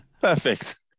perfect